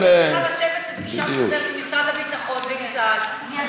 היא צריכה לשבת לפגישה מסודרת עם משרד הביטחון ועם צה"ל.